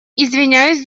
извиняюсь